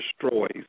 destroys